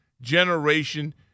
generation